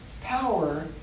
power